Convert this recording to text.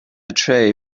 tray